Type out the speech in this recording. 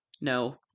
no